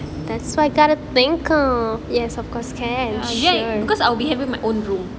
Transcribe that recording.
because I'll be having my own room